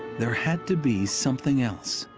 there had to be something else,